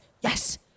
yes